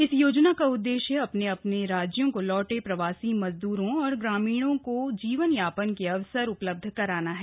इस योजना का उद्देश्य अपने अपने राज्यों को लौटे प्रवासी मजदूरों और ग्रामीणों को जीवन यापन के अवसर उपलब्ध कराना है